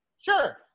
Sure